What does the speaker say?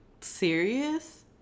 serious